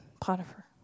Potiphar